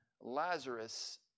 Lazarus